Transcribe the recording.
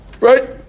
Right